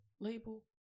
label